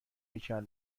هیکل